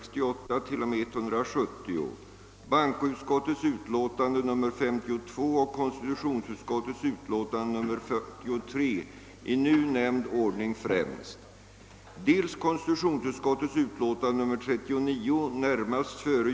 Vid bifall till denna hemställan skulle de vid morgondagens sammanträde föreliggande ärendena komma att företas till avgörande i den ordning som angivits på en till kammarens ledamöter utdelad stencil.